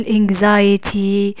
anxiety